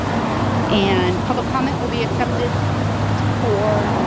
and public comment will be accepted for